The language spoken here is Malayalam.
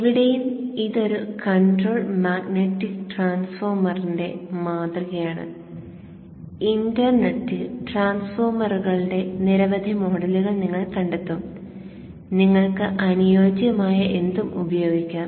എവിടെയും ഇത് ഒരു കൺട്രോൾ മാഗ്നറ്റിക് ട്രാൻസ്ഫോർമറിന്റെ മാതൃകയാണ് ഇന്റർനെറ്റിൽ ട്രാൻസ്ഫോർമറുകളുടെ നിരവധി മോഡലുകൾ നിങ്ങൾ കണ്ടെത്തും നിങ്ങൾക്ക് അനുയോജ്യമായ എന്തും ഉപയോഗിക്കാം